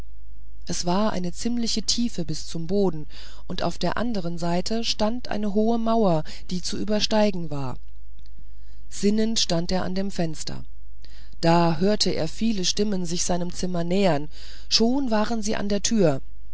es war eine ziemliche tiefe bis zum boden und auf der andern seite stand eine hohe mauer die zu übersteigen war sinnend stand er an dem fenster da hörte er viele stimmen sich seinem zimmer nähern schon waren sie an der türe